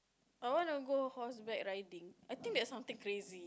I want to go horseback riding I think that's something crazy